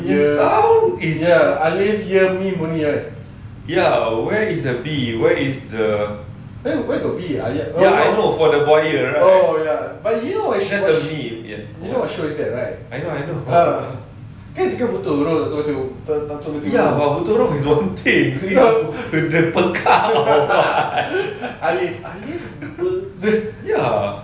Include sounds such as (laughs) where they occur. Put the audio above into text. dia punya sound ya where is the B where is the ya I know for the buaya where's the B I know I know ya but buta huruf is bawang putih the pekak one (laughs) ya